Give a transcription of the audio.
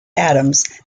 adams